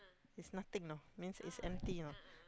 is nothing you know means is empty you know